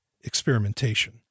experimentation